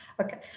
Okay